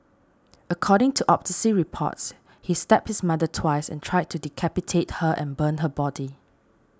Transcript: according to autopsy reports he stabbed his mother twice and tried to decapitate her and burn her body